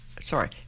Sorry